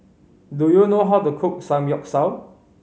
do you know how to cook Samgyeopsal